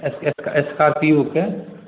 स्कॉ का स्कॉर्पिओके